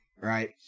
right